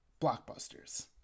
blockbusters